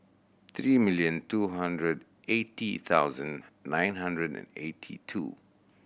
three million two hundred eighty thousand nine hundred and eighty two